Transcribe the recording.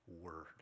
word